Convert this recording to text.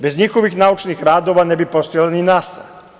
Bez njihovih naučnih radova ne bi postojala ni NASA.